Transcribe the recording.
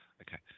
Okay